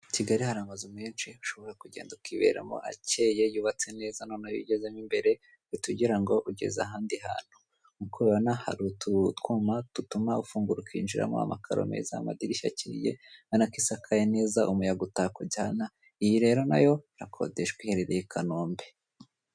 Kigali hari amazu menshi ushobora kugenda ukiberamo akeye yubatse neza noneho iyo ugezemo imbere uhita ugira ngo ugeze ahandi hantu. Nk'uko ubibona hari utwuma dutuma ufungura ukinjiramo amakaro meza amadirishya meza akiriyte ubona ko isakaye neza umuyaga utakujyana, iyi rero na yo irakodeshwa iherereye i Kanombe.